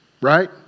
Right